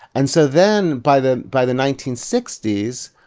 and so then by the by the nineteen sixty s,